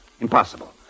Impossible